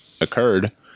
occurred